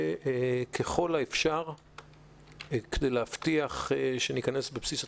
ככל האפשר כדי להבטיח שזה ייכנס לבסיס התקציב.